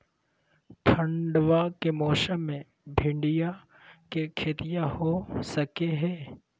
ठंडबा के मौसमा मे भिंडया के खेतीया हो सकये है?